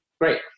great